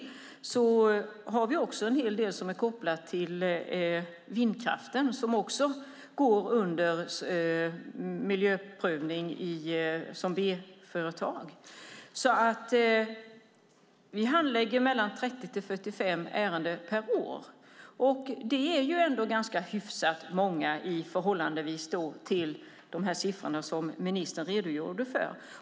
Därtill har vi en hel del som är kopplat till vindkraften, som också går under miljöprövningen för B-företag. Vi handlägger mellan 30 och 45 ärenden per år. Det är ändå hyfsat många i förhållande till de siffror som ministern redogjorde för.